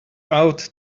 out